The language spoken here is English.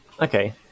Okay